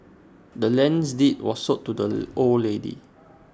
the land's deed was sold to the old lady